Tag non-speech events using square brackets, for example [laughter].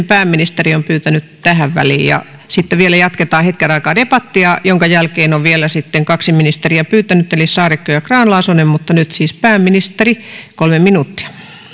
[unintelligible] pääministeri on pyytänyt tähän väliin ja sitten vielä jatketaan hetken aikaa debattia jonka jälkeen on vielä sitten kaksi ministeriä pyytänyt eli saarikko ja grahn laasonen mutta nyt siis pääministeri kolme minuuttia